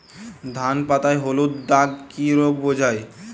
ধান পাতায় হলুদ দাগ কি রোগ বোঝায়?